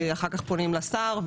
ואחר כך פונים לשר.